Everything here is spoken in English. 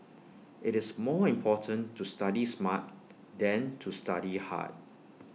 IT is more important to study smart than to study hard